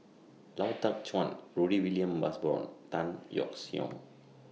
Lau Teng Chuan Rudy William Mosbergen Tan Yeok Seong